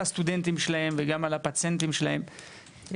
הסטודנטים שלהם וגם על הפציינטים שלהם,